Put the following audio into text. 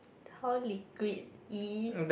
how liquidy